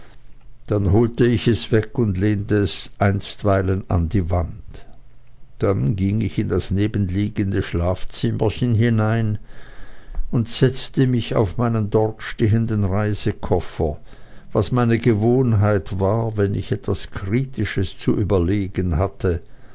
dann holte ich es weg und lehnte es einstweilen an die wand dann ging ich in das nebenliegende schlafzimmerchen hinein und setzte mich auf meinen dort stehenden reisekoffer was meine gewohnheit war wenn ich etwas kritisches zu überlegen hatte